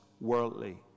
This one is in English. worldly